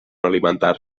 alimentar